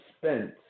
spent